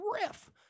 riff